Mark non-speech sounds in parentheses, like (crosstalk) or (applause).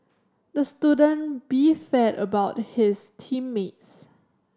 the student (unintelligible) about his team mates